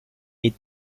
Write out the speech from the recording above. est